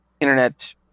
internet